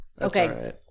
Okay